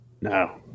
No